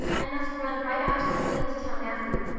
i must run right out to the field to tell matthew.